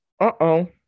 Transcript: Uh-oh